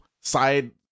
side